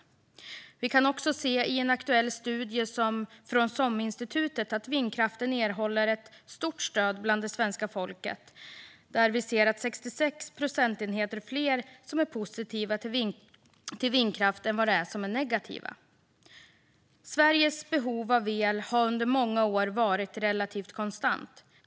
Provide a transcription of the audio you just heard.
Vi kan också se i en aktuell studie från SOM-institutet att vindkraften erhåller ett stort stöd bland det svenska folket. Det är 66 procentenheter fler som är positiva till vindkraft än som är negativa Sveriges behov av el har under många år varit relativt konstant.